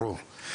ברור.